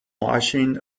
washing